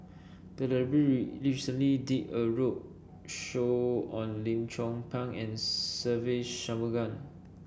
the library recently did a roadshow on Lim Chong Pang and Se Ve Shanmugam